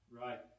Right